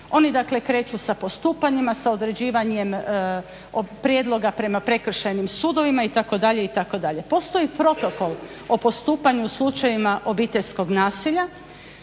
oni dakle kreću sa postupanjima, sa određivanjem prijedloga prema prekršajnim sudovima itd., itd. Postoji protokol o postupanju u slučajevima obiteljskog nasilja